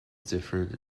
differ